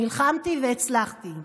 נלחמתי והצלחתי.